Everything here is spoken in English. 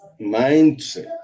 mindset